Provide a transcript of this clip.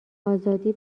آزادی